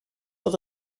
oedd